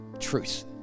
truth